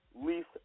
least